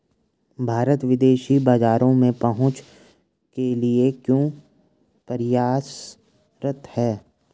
भारत विदेशी बाजारों में पहुंच के लिए क्यों प्रयासरत है?